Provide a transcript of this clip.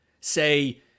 say